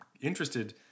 interested